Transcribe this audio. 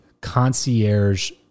concierge